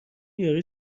یارو